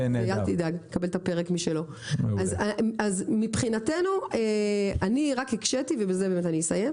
אז מבחינתנו, ובזה אני אסיים,